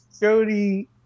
Jody